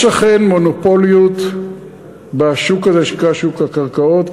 יש אכן מונופוליות בשוק הזה שנקרא שוק הקרקעות,